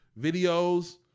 videos